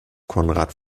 konrad